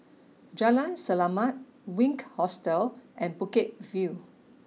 Jalan Selamat Wink Hostel and Bukit View